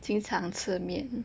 经常吃面